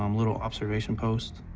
um little observation posts.